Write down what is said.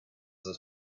this